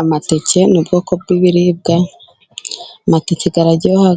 Amateke ni bwoko bw'ibiribwa, amateke araryoha,